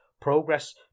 Progress